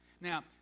Now